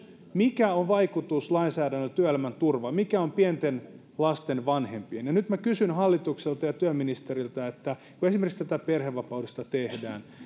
mikä on lainsäädännön vaikutus työelämän ja pienten lasten vanhempien turvaan ja nyt minä kysyn hallitukselta ja työministeriltä kun esimerkiksi tätä perhevapaauudistusta tehdään